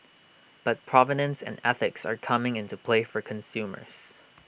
but provenance and ethics are coming into play for consumers